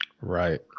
Right